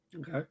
Okay